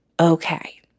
Okay